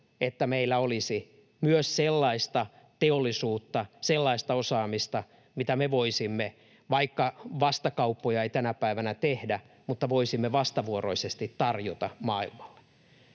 että meillä olisi myös sellaista teollisuutta, sellaista osaamista, mitä me voisimme — vaikka vastakauppoja ei tänä päivänä tehdä — vastavuoroisesti tarjota maailmalle.